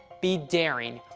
be daring,